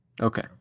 Okay